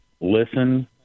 listen